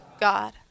God